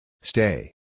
Stay